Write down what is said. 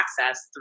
access